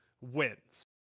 wins